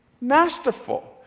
Masterful